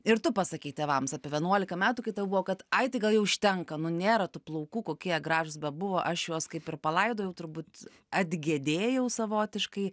ir tu pasakei tėvams apie vienuolika metų kai tau buvo kad ai tai gal jau užtenka nu nėra tų plaukų kokie jie gražūs bebuvo aš juos kaip ir palaidojau turbūt atgedėjau savotiškai